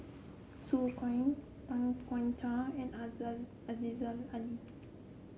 Su Guaning Tay Chong Hai and Aziza Ali